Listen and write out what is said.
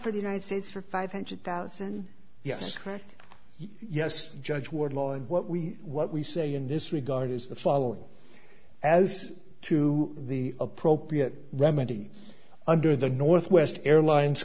for the united states for five hundred thousand yes yes judge wardlaw and what we what we say in this regard is the following as to the appropriate remedy under the northwest airlines